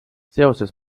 seoses